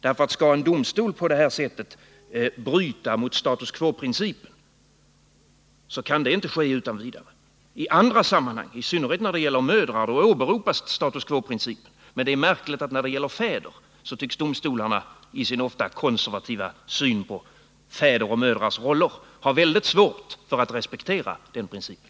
Skall en domstol på det här sättet bryta mot status quo-principen kan det ju inte ske utan vidare. I andra sammanhang, i synnerhet när det gäller mödrar, åberopas status quoprincipen. Men när det gäller fäder tycks domstolarna, märkligt nog, i sin ofta konservativa syn på fäders och mödrars roller, ha väldigt svårt för att Nr 167 respektera den principen.